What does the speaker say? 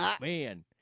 Man